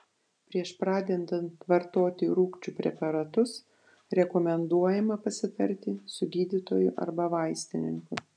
prieš pradedant vartoti rūgčių preparatus rekomenduojama pasitarti su gydytoju arba vaistininku